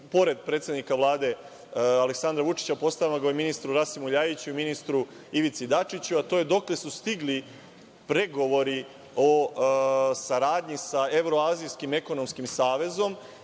pored predsednika Vlade Aleksandra Vučića, postavljamo ga i ministru Rasimu LJajiću i ministru Ivici Dačiću, a to je - dokle su stigli pregovori o saradnji sa Evroazijskim ekonomskim savezom?